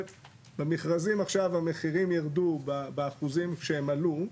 ובמכרזים עכשיו המחירים יירדו באחוזים שהם עלו,